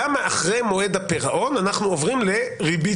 למה אחרי מועד הפירעון אנחנו עוברים לריבית